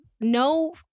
no